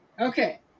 Okay